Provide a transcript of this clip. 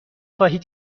خواهید